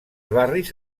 barris